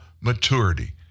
maturity